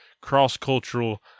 cross-cultural